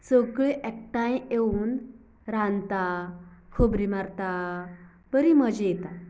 सगळीं एकठांय येवन रांदता खबरीं मारता बरीं मजा येता